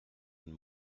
and